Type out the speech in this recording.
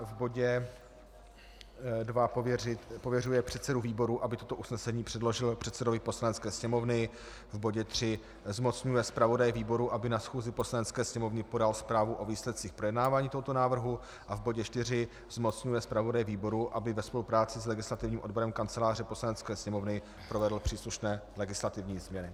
V bodě dva pověřuje předsedu výboru, aby toto usnesení předložil předsedovi Poslanecké sněmovny, v bodě tři zmocňuje zpravodaje výboru, aby na schůzi Poslanecké sněmovny podal zprávu o výsledcích projednávání tohoto návrhu, a v bodě 4 zmocňuje zpravodaje výboru, aby ve spolupráci se s legislativním odborem Kanceláře Poslanecké sněmovny provedl příslušné legislativní změny.